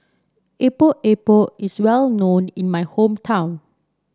Epok Epok is well known in my hometown